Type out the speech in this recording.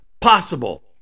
possible